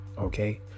Okay